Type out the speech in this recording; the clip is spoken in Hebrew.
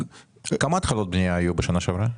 כמה התחלות בנייה היו בשנה שעברה?